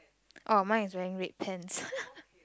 orh mine is wearing red pants